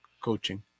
coaching